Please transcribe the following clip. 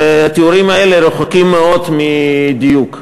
והתיאורים האלה רחוקים מאוד מדיוק,